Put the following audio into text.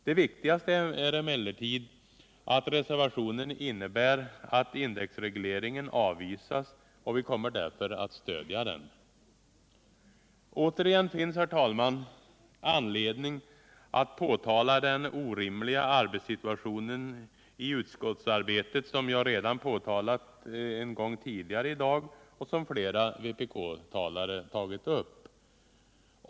Det viktigaste är emellertid att reservationen innebär att indexregleringen avvisats, och vi kommer därför att stödja den. Återigen finns, herr talman, anledning att påtala den orimliga situation i utskottsarbetet som jag påtalat redan en gång tidigare i dag och som flera vpktalare tagit upp.